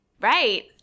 Right